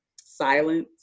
silence